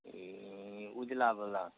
ई उजला वाला